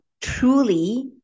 truly